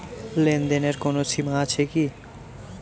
লেনদেনের কোনো সীমা আছে কি?